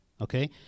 Okay